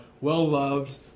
Well-loved